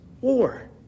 war